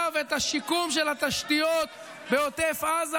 משרד שמוביל עכשיו את השיקום של התשתיות בעוטף עזה.